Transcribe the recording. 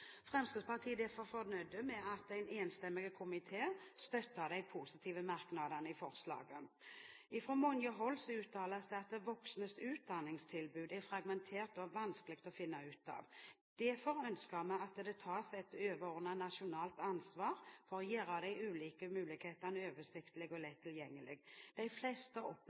Fremskrittspartiet er derfor fornøyd med at en enstemmig komité støtter de positive merknadene i forslaget. Fra mange hold uttales det at voksnes utdanningstilbud er fragmentert og vanskelig å finne ut av. Derfor ønsker vi at det tas et overordnet nasjonalt ansvar for å gjøre de ulike mulighetene oversiktlige og lett tilgjengelige. De fleste